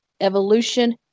Evolution